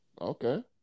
Okay